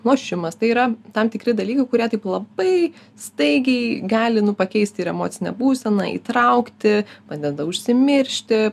lošimas tai yra tam tikri dalykai kurie taip labai staigiai gali nu pakeisti ir emocinę būseną įtraukti padeda užsimiršti